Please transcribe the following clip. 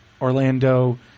Orlando